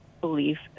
belief